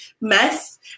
mess